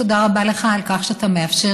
תודה רבה לך על כך שאתה מאפשר,